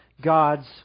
God's